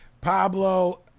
Pablo